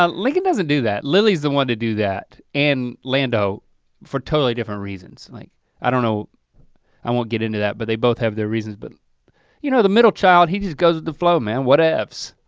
um lincoln doesn't do that, lily's the one to do that and lando for totally different reasons. like i you know i won't get into that but they both have their reasons but you know the middle child, he just goes with the flow, man, whatevs.